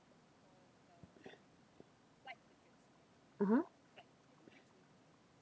ah ha